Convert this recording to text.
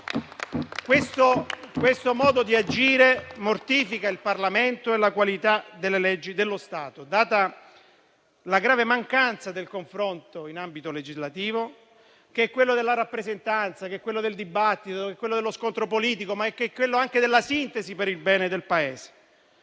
Questo modo di agire mortifica il Parlamento e la qualità delle leggi dello Stato, data la grave mancanza del confronto in ambito legislativo, che è quello della rappresentanza, del dibattito, dello scontro politico, ma che è anche quello della sintesi per il bene del Paese.